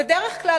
בדרך כלל,